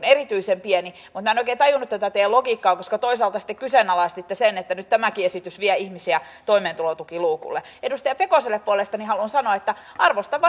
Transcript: erityisen pieni en oikein tajunnut tätä teidän logiikkaanne koska toisaalta sitten kyseenalaistitte sen että nyt tämäkin esitys vie ihmisiä toimeentulotukiluukulle edustaja pekoselle puolestani haluan sanoa että arvostan